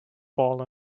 ball